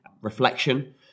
reflection